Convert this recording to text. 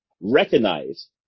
recognize